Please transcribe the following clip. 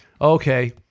okay